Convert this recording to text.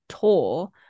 tour